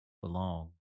belong